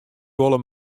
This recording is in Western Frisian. wolle